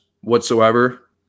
whatsoever